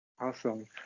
Awesome